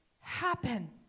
happen